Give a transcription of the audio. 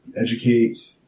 educate